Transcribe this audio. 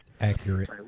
Accurate